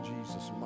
Jesus